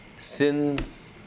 Sins